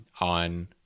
on